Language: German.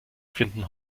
finden